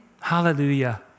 Hallelujah